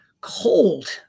Cold